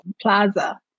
plaza